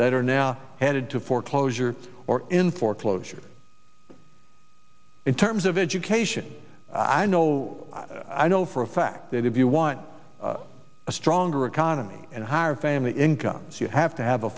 that are now headed to foreclosure or in foreclosure in terms of education i know i know for a fact that if you want a stronger economy and higher family incomes you have to have a